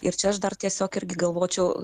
ir čia aš dar tiesiog irgi galvočiau